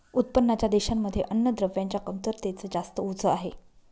उत्पन्नाच्या देशांमध्ये अन्नद्रव्यांच्या कमतरतेच जास्त ओझ आहे